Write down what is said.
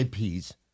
IPs